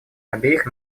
обеих